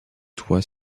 toi